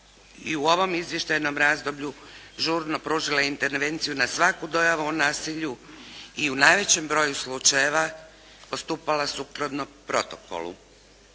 i u ovom izvještajnom razdoblju žurno pružila intervenciju na svaku dojavu o nasilju i u najvećem broju slučajeva, postupala sukladno protokolu.